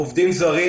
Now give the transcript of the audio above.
עובדים זרים